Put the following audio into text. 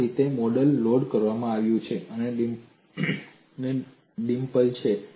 અને આ રીતે મોડેલ લોડ કરવામાં આવ્યું છે અને આ ડિમ્પલ છે